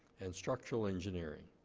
and structural engineering.